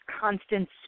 constant